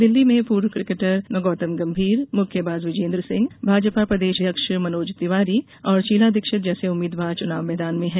दिल्ली में पूर्व किकेटर गौतम गंभीर मुक्केबाज विजेंदर सिंह भाजपा प्रदेश अध्यक्ष मनोज तिवारी शीला दीक्षित जैसे उम्मीद्वार चुनाव मैदान में हैं